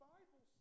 Bible